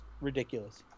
ridiculous